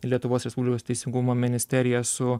lietuvos respublikos teisingumo ministeriją su